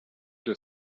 they